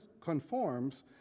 conforms